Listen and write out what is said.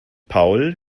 paul